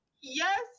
Yes